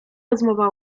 rozmowa